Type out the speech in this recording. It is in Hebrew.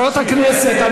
חברות הכנסת,